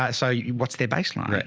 um so what's the baseline? right?